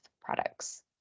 products